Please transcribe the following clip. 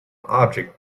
object